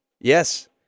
Yes